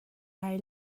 lai